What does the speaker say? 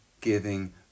giving